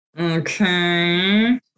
Okay